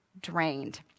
drained